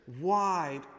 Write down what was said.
wide